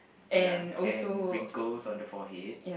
ya and wrinkles on the forehead